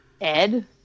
Ed